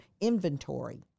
inventory